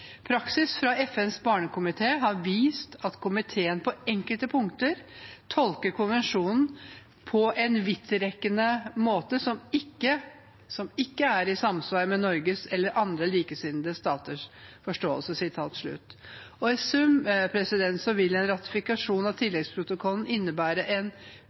fra FNs barnekomité har også vist at komiteen på enkelte punkter tolker konvensjonen på en vidtrekkende måte som ikke er i samsvar med Norge og andre likesinnede staters forståelse.» I sum vil en ratifikasjon av tilleggsprotokollen innebære en